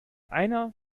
einer